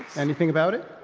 anything about it?